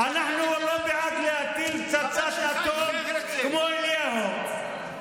אנחנו לא בעד להטיל פצצת אטום כמו אליהו.